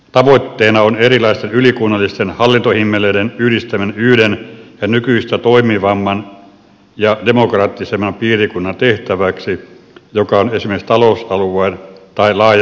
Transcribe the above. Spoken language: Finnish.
tavoitteena on erilaisten ylikunnallisten hallintohimmeleiden yhdistäminen yhden ja nykyistä toimivamman ja demokraattisemman piirikunnan tehtäväksi joka on esimerkiksi talousalueen tai laajemman alueen kokoinen